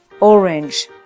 orange